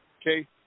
Okay